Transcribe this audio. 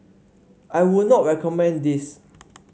I would not recommend this